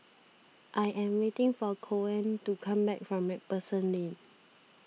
I am waiting for Coen to come back from MacPherson Lane